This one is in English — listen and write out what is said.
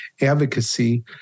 advocacy